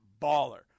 baller